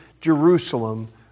Jerusalem